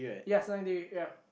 ya senang diri ya